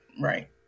Right